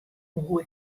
woe